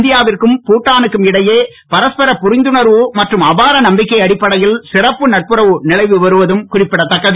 இந்தியாவிற்கும் பூட்டானுக்கும் இடைஅய பரஸ்பர புரிந்துணர்வு மற்றும் அபார நம்பிக்கை அடிப்படையில் சிறப்பு நட்புறவு நிலவி வருவதும் குறிப்பிடதக்கது